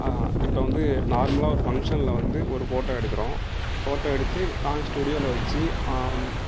இப்போ வந்து நார்மலாக ஒரு ஃபங்க்ஷனில் வந்து ஒரு ஃபோட்டோ எடுக்கிறோம் ஃபோட்டோ எடுத்து நாங்கள் ஸ்டுடியோவில் வச்சு